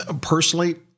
Personally